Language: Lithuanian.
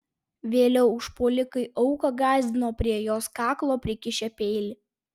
vėliau užpuolikai auką gąsdino prie jos kaklo prikišę peilį